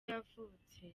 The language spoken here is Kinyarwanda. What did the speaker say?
yavutse